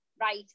right